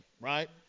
right